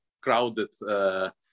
crowded